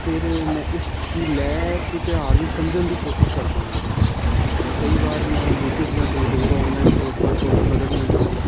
ਫਿਰ ਮੈਂ ਇਸ ਦੀ ਲੈਅ ਅਤੇ ਤਾਲ ਨੂੰ ਸਮਝਣ ਦੀ ਕੋਸ਼ਿਸ਼ ਕਰਦਾ ਹਾਂ ਕਈ ਵਾਰ ਮੈਂ ਯੂਟੀਊਬ ਜਾਂ ਕੋਈ ਹੋਰ ਆਨਲਾਈਨ ਸਰੋਤਾਂ ਤੋਂ ਵੀ ਮਦਦ ਲੈਂਦਾ ਹਾਂ